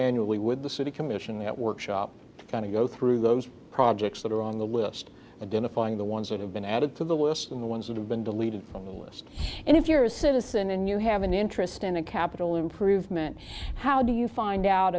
annually with the city commission that workshop kind of go through those projects that are on the list identifying the ones that have been added to the will in the ones that have been deleted from the list and if you're a citizen and you have an interest in a capital improvement how do you find out